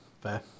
Fair